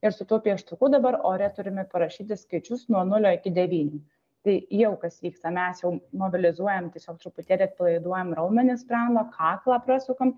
ir su tuo pieštuku dabar ore turime parašyti skaičius nuo nulio iki devynių tai jau kas vyksta mes jau mobilizuojam tiesiog truputėlį atpalaiduojam raumenis sprando kaklą prasukam